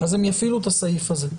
אז הם יפעילו את הסעיף הזה.